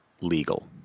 legal